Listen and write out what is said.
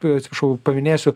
tuoj atsiprašau paminėsiu